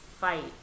fight